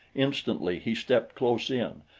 instantly he stepped close in,